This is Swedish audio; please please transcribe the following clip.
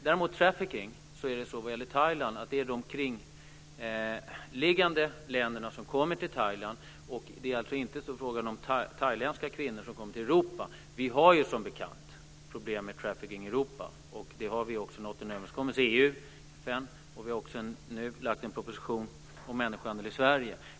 När det gäller trafficking så är det människor från de omkringliggande länderna som kommer till Thailand. Det är alltså inte frågan om thailändska kvinnor som kommer till Europa. Vi har som bekant problem med trafficking även i Europa, och vi har nått en överenskommelse i EU och FN. Regeringen har nu också lagt fram en proposition om människohandel i Sverige.